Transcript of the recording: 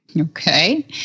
Okay